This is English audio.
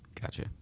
Gotcha